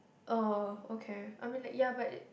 orh okay I mean like ya but it